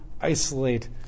isolate